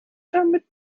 damit